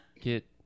get